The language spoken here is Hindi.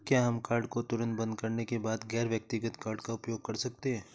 क्या हम कार्ड को तुरंत बंद करने के बाद गैर व्यक्तिगत कार्ड का उपयोग कर सकते हैं?